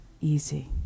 easy